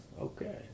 okay